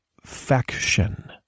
faction